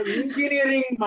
engineering